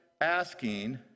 asking